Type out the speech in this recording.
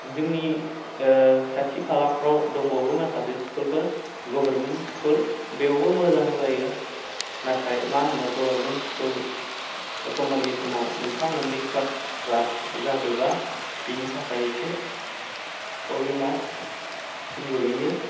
जोंनि खाथि खालाफ्राव दंबावो माखासे स्कुलफोर गभारमेन्ट स्कुल बेयावबो मोजां जायो नाथाय मा होन्नो गभारमेन्ट स्कुल एखम्बानि समाव मोनफा मोननै क्लासफ्रा जाजोबा बेनि थाखाय एसे प्रब्लेमाव गोग्लैयो